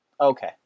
Okay